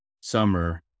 summer